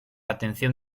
atención